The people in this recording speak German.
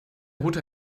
route